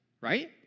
right